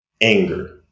anger